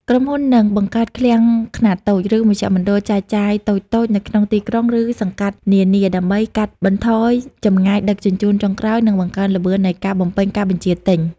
ក្រុមហ៊ុននឹងបង្កើតឃ្លាំងខ្នាតតូច ឬមជ្ឈមណ្ឌលចែកចាយតូចៗនៅក្នុងទីក្រុង ឬសង្កាត់នានា ដើម្បីកាត់បន្ថយចម្ងាយដឹកជញ្ជូនចុងក្រោយ និងបង្កើនល្បឿននៃការបំពេញការបញ្ជាទិញ។